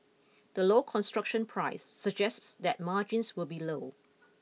the low construction price suggests that margins will be low